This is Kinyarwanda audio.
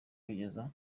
kugeza